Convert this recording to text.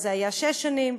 אז זה היה שש שנים,